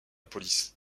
police